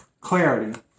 Clarity